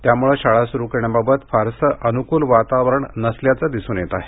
त्यामुळे शाळा सुरू करण्याबाबत फारसं अनुकूल वातावरण नसल्याचं दिसून येत आहे